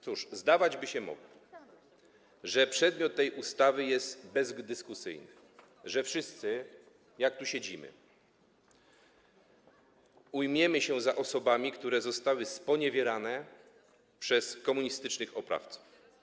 Cóż, zdawać by się mogło, że przedmiot tej ustawy jest bezdyskusyjny, że wszyscy, jak tu siedzimy, ujmiemy się za osobami, które zostały sponiewierane przez komunistycznych oprawców.